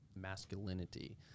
masculinity